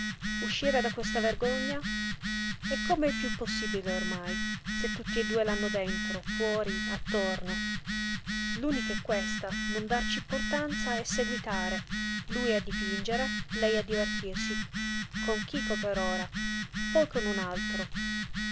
uscire da questa vergogna e come è piú possibile ormai se tutti e due l'hanno dentro fuori attorno l'unica è questa non darci importanza e seguitare lui a dipingere lei a divertirsi con chico per ora poi con un altro